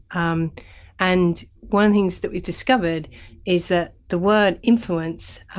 um and one thing that we discovered is that the word influence,